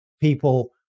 people